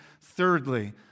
Thirdly